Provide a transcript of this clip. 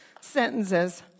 sentences